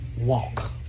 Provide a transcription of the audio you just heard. walk